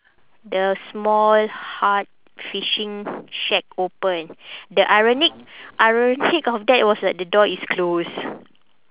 the small hut fishing shack open the ironic ironic of that was that the door is closed